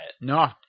No